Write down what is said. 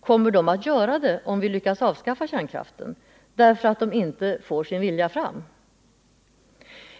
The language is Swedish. Kommer de att göra det om vi lyckas avskaffa kärnkraften, därför att de inte får sin vilja fram?